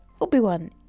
Obi-Wan